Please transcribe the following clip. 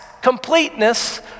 completeness